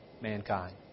mankind